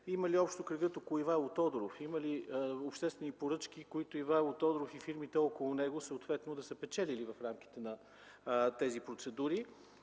има ли общо кръгът около Ивайло Тодоров? Има ли обществени поръчки, които Ивайло Тодоров и фирмите около него да са печелили в рамките на тези процедури?